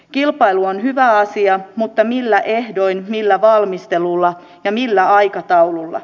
kilpailu on hyvä asia mutta millä ehdoin millä valmistelulla ja millä aikataululla